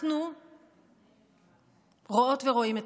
אנחנו רואות ורואים אתכם.